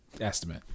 estimate